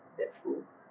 that school